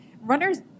runners